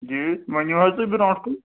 اۭں ؤنِو حظ تُہۍ برۄنٛٹھ کُن